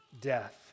death